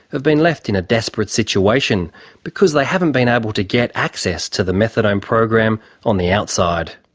have been left in a desperate situation because they haven't been able to get access to the methadone program on the outside.